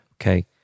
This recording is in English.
okay